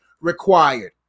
required